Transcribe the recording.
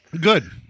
Good